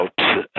out